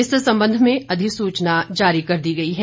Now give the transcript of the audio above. इस संबंध में अधिसूचना जारी कर दी गई है